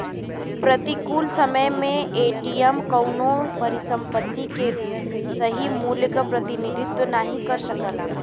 प्रतिकूल समय में एम.टी.एम कउनो परिसंपत्ति के सही मूल्य क प्रतिनिधित्व नाहीं कर सकला